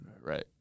right